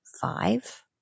five